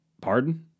Pardon